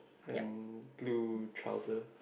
and blue trouser